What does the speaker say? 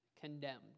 condemned